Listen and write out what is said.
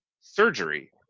surgery